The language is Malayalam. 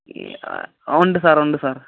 ഒണ്ട് സാർ ഒണ്ട് സാർ